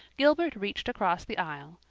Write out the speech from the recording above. gilbert reached across the aisle,